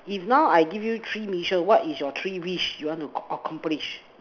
if now I give you three wishes what is your three wish you want to accomplish